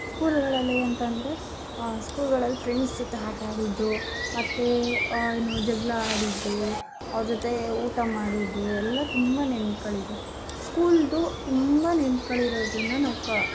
ಸ್ಕೂಲುಗಳಲ್ಲಿ ಎಂತ ಅಂದರೆ ಸ್ಕೂಲುಗಳಲ್ಲಿ ಫ್ರೆಂಡ್ಸ್ ಜೊತೆ ಆಟಾಡಿದ್ದು ಮತ್ತೆ ಏನು ಜಗಳ ಆಡಿದ್ದು ಅವ್ರ ಜೊತೆ ಊಟ ಮಾಡಿದ್ದು ಎಲ್ಲ ತುಂಬ ನೆನ್ಪುಗಳಿದೆ ಸ್ಕೂಲ್ದು ತುಂಬ ನೆನ್ಪುಗಳಿರೋದನ್ನ ನಾವು ಕಾ